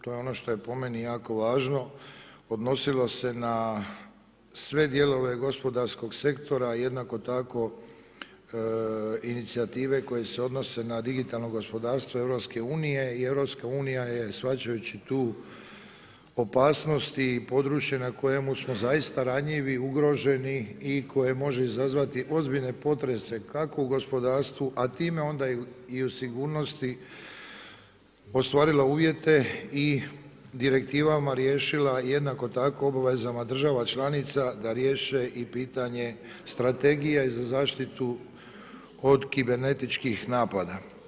To je ono što je po meni jako važno, odnosilo se na sve dijelove gospodarskog sektora, jednako tako inicijative koje se odnose na digitalno gospodarstvo, Europske unije i EU je shvaćajući tu opasnosti i područje na kojemu smo zaista ranjivi, ugroženi i koje može izazvati ozbiljne potrebe kako u gospodarstvu a time onda i u sigurnosti, ostvarila uvjete i direktivama riješila i jednako tako obavezama država članica da riješe i pitanje strategije za zaštitu od kibernetičkih napada.